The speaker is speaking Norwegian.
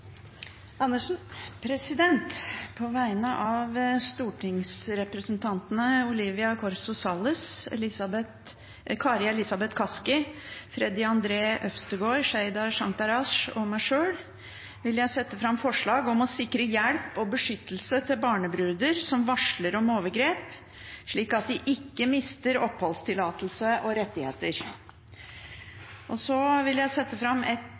Andersen vi fremsette to representantforslag. På vegne av stortingsrepresentantene Olivia Corso Salles, Kari Elisabeth Kaski, Freddy André Øvstegård, Mona Fagerås, Sheida Sangtarash og meg sjøl vil jeg sette fram forslag om å sikre hjelp og beskyttelse til barnebruder som varsler om overgrep, slik at de ikke mister oppholdstillatelse og rettigheter. Så vil jeg sette fram et